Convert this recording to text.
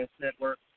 Network